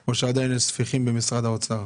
או שעדיין יש ספיחים במשרד האוצר.